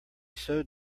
sewed